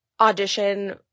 audition